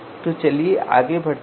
तो चलिए आगे बढ़ते हैं